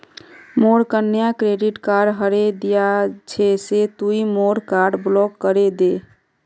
मोर कन्या credit card हरें दिया छे से तुई मोर कार्ड ब्लॉक करे दे